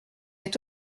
êtes